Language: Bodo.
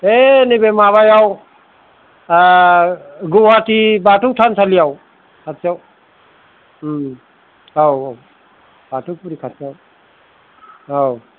बे नैबे माबायाव गौहाति बाथौ थानसालियाव खाथियाव औ औ बाथौफुरि खाथियाव औ